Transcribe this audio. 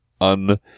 un